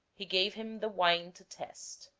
he gave him the wine to test.